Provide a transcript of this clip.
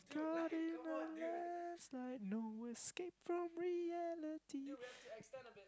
caught in the last light no escape from reality